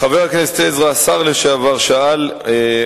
התש"ע (16 בדצמבר 2009):